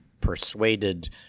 persuaded